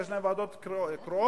שיש להן ועדות קרואות,